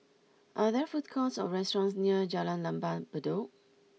are there food courts or restaurants near Jalan Lembah Bedok